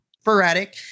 sporadic